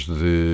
de